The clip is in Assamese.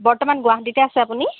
বৰ্তমান গুৱাহাটীতে আছে আপুনি